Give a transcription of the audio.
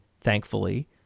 thankfully